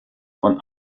von